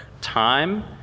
time